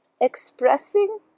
expressing